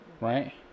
right